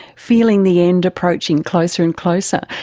feeling the end approaching closer and closer?